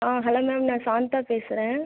hello ma'am நான் சாந்தா பேசுகிறேன்